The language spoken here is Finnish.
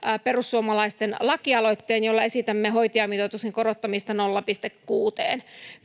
perussuomalaisten lakialoitteen jolla esitämme hoitajamitoituksen korottamista nolla pilkku kuuteen